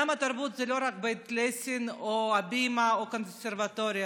חבריי חברי הכנסת, אדוני היושב-ראש,